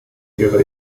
ihrer